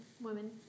women